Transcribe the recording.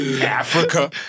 Africa